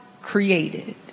created